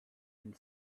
and